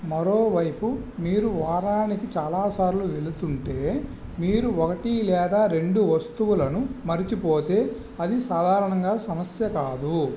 మరోవైపు మీరు వారానికి చాలాసార్లు వెళుతుంటే మీరు ఒకటి లేదా రెండు వస్తువులను మరచిపోతే అది సాధారణంగా సమస్య కాదు